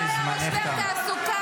אתם בושה.